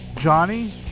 Johnny